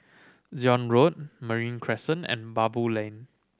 Zion Road Marine Crescent and Baboo Lane